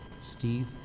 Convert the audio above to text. Steve